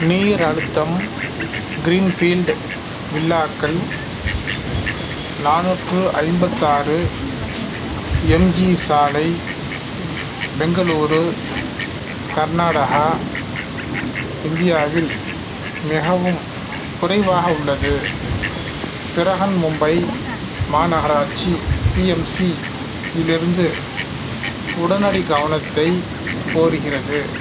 நீர் அழுத்தம் க்ரீன்ஃபீல்ட் வில்லாக்கள் நானூற்று ஐம்பத்து ஆறு எம்ஜி சாலை பெங்களூரு கர்நாடகா இந்தியாவில் மிகவும் குறைவாக உள்ளது பிரஹன்மும்பை மாநகராட்சி பிஎம்சிவில் இருந்து உடனடி கவனத்தை கோருகிறது